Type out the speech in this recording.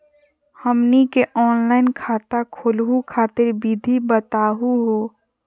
हमनी के ऑनलाइन खाता खोलहु खातिर विधि बताहु हो?